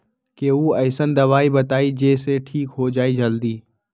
कोई अईसन दवाई बताई जे से ठीक हो जई जल्दी?